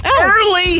Early